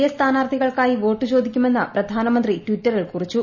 A സ്ഥാനാർത്ഥികൾക്കായി വോട്ടു ചോദിക്കുമെന്ന് പ്രധാനമന്ത്രി ട്ടിറ്ററിൽ കുറിച്ചു